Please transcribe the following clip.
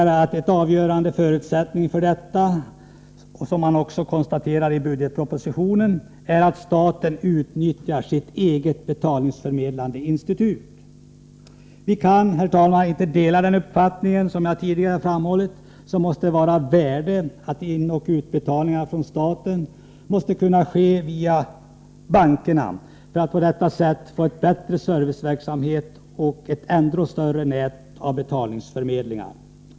En avgörande förutsättning för detta, konstaterar man i budgetpropositionen, är att staten utnyttjar sitt eget betalningsförmedlande institut. Vi kan, herr talman, inte dela den uppfattningen. Som jag tidigare framhållit måste det vara av värde att statliga inoch utbetalningar kan ske också via bankerna, så att man på det sättet får en bättre serviceverksamhet och ett ännu större nät av betalningsförmedlingar.